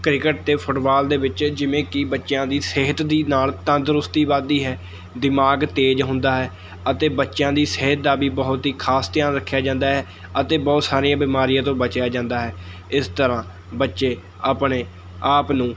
cricket ਅਤੇ football ਦੇ ਵਿੱਚ ਜਿਵੇਂ ਕਿ ਬੱਚਿਆਂ ਦੀ ਸਿਹਤ ਦੇ ਨਾਲ਼ ਤੰਦਰੁਸਤੀ ਵੱਧਦੀ ਹੈ ਦਿਮਾਗ਼ ਤੇਜ਼ ਹੁੰਦਾ ਹੈ ਅਤੇ ਬੱਚਿਆਂ ਦੀ ਸਿਹਤ ਦਾ ਵੀ ਬਹੁਤ ਹੀ ਖਾਸ ਧਿਆਨ ਰੱਖਿਆ ਜਾਂਦਾ ਹੈ ਅਤੇ ਬਹੁਤ ਸਾਰੀਆਂ ਬਿਮਾਰੀਆਂ ਤੋਂ ਬਚਿਆ ਜਾਂਦਾ ਹੈ ਇਸ ਤਰ੍ਹਾਂ ਬੱਚੇ ਆਪਣੇ ਆਪ ਨੂੰ